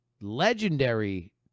legendary